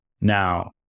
now